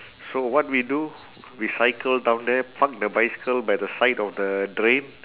so what we do we cycle down there park the bicycle by the side of the drain